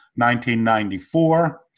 1994